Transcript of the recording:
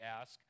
ask